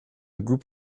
group